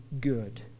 good